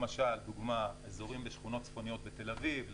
למשל אזורים בשכונות צפוניות בתל אביב,